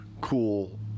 cool